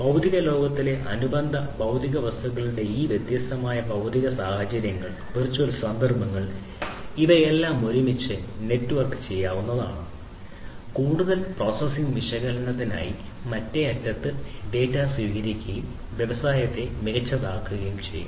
ഭൌതിക ലോകത്തിലെ അനുബന്ധ ഭൌതിക വസ്തുക്കളുടെ ഈ വ്യത്യസ്തമായ ഭൌതിക അല്ലെങ്കിൽ വെർച്വൽ സന്ദർഭങ്ങൾ ഇവയെല്ലാം ഒരുമിച്ച് നെറ്റ്വർക്ക് ചെയ്യാവുന്നതാണ് കൂടുതൽ പ്രോസസ്സിംഗ് വിശകലനത്തിനായി മറ്റേ അറ്റത്ത് ഡാറ്റ സ്വീകരിക്കുകയും വ്യവസായത്തെ മികച്ചതാക്കുകയും ചെയ്യും